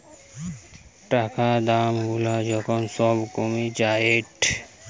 টাকা দাম গুলা যখন সব কমে যায়েটে